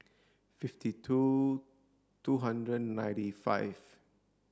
fifty two two hundred and ninety five